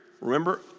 remember